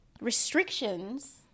restrictions